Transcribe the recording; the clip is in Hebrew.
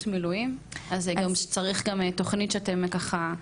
מילואים אז צריך גם תוכנית שאתן ככה,